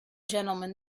gentlemen